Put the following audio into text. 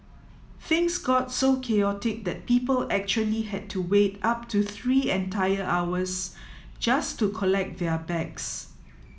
things got so chaotic that people actually had to wait up to three entire hours just to collect their bags